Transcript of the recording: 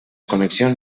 connexions